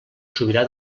sobirà